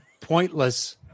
pointless